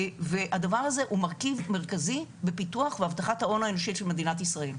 והדבר הזה הוא מרכיב מרכזי בפיתוח והבטחת ההון האנושי של מדינת ישראל.